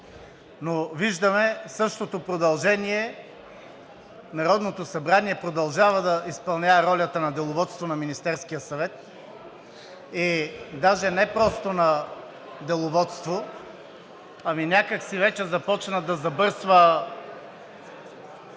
но виждаме същото продължение – Народното събрание продължава да изпълнява ролята на деловодство на Министерския съвет и даже не просто на деловодство, ами някак си вече започна да забърсва